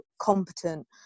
competent